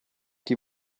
die